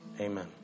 Amen